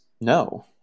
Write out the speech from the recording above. No